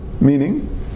Meaning